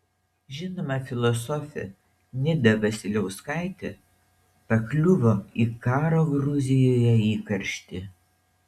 žinoma filosofė nida vasiliauskaitė pakliuvo į karo gruzijoje įkarštį